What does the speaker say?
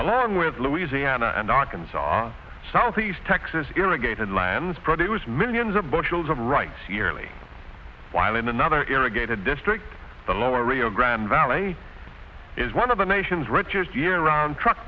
along with louisiana and arkansas southeast texas irrigated lands produce millions of bushels of rice yearly while in another irrigated district the lower rio grande valley is one of the nation's richest year round truck